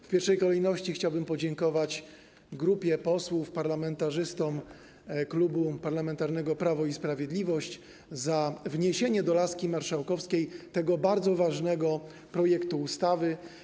W pierwszej kolejności chciałbym podziękować grupie posłów, parlamentarzystom Klubu Parlamentarnego Prawo i Sprawiedliwość, za wniesienie do laski marszałkowskiej tego bardzo ważnego projektu ustawy.